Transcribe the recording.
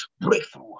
breakthrough